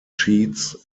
sheets